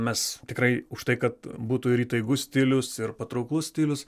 mes tikrai už tai kad būtų ir įtaigus stilius ir patrauklus stilius